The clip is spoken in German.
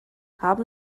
haben